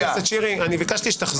אני רוצה שתדברו,